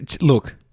Look